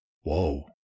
Whoa